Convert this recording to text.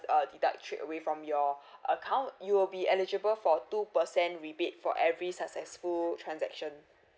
uh deduct straight away from your account you will be eligible for two percent rebate for every successful transaction